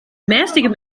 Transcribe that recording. mäßigem